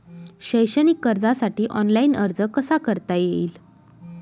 शैक्षणिक कर्जासाठी ऑनलाईन अर्ज कसा करता येईल?